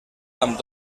amb